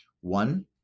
One